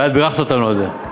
ואת בירכת אותנו על זה.